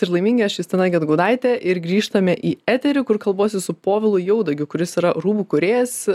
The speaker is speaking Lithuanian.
ir laiminga aš justina gedgaudaitė ir grįžtame į eterį kur kalbuosi su povilu jaudagiu kuris yra rūbų kūrėjas